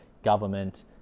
government